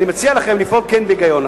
אני מציע לכם לפעול כן בהיגיון.